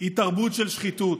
היא תרבות של שחיתות,